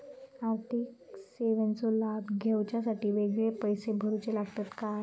आर्थिक सेवेंचो लाभ घेवच्यासाठी वेगळे पैसे भरुचे लागतत काय?